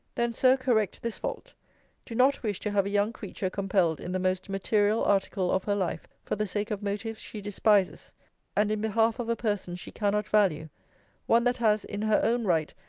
then, sir, correct this fault do not wish to have a young creature compelled in the most material article of her life, for the sake of motives she despises and in behalf of a person she cannot value one that has, in her own right,